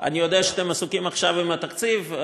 אני יודע שאתם עסוקים עכשיו עם התקציב,